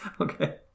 okay